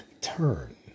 turn